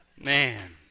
man